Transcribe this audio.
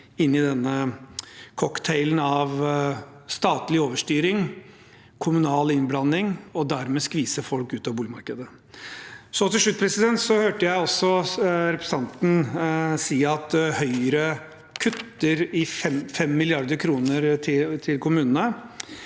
inne i denne cocktailen av statlig overstyring og kommunal innblanding og dermed skviser folk ut av boligmarkedet. Til slutt: Jeg hørte også representanten si at Høyre kutter 5 mrd. kr til kommunene.